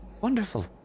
Wonderful